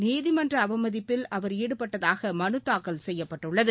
நீதிமன்ற அவமதிப்பில் அவர் ஈடுபட்டதாக மனுத் தாக்கல் செய்யப்பட்டுள்ளது